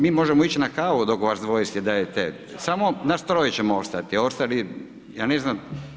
Mi možemo ići na kavu dok vas dvoje si dajete, samo nas troje ćemo ostati a ostali ja ne znam.